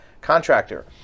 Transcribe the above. contractor